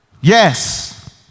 Yes